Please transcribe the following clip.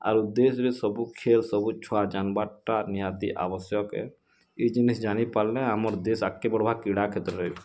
ଆରୁ ଦେଶ୍ରେ ସବୁ କ୍ଷୟ ସବୁ ଛୁଆ ଜାନ୍ବାଟା ନିହାତି ଆବଶ୍ୟକ ହେ ଏ ଜିନିଷ୍ ଜାନିପାର୍ଲେ ଆମର୍ ଦେଶ୍ ଆଗ୍କେ ବଢ଼୍ବା କ୍ରୀଡ଼ା କ୍ଷେତ୍ରରେ